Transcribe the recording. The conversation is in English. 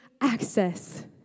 access